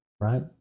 right